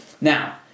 Now